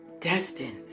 Destined